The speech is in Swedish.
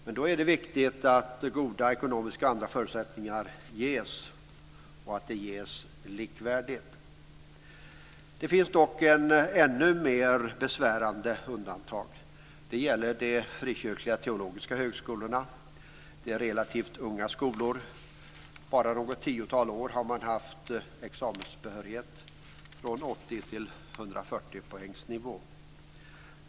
Men då är det viktigt att goda ekonomiska och andra förutsättningar ges och att de ges likvärdigt. Det finns dock ett ännu mer besvärande undantag. Det gäller de frikyrkliga teologiska högskolorna. De är relativt unga skolor. Bara något tiotal år har man haft examensbehörighet från 80 till 140 poängs nivå.